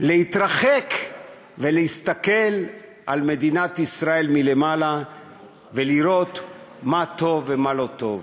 להתרחק ולהסתכל על מדינת ישראל מלמעלה ולראות מה טוב ומה לא טוב.